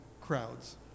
crowds